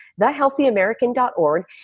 thehealthyamerican.org